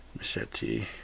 Machete